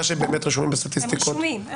שהם באמת רשומים בסטטיסטיקות --- הם רשומים.